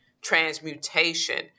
transmutation